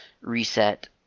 Reset